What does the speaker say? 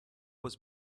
was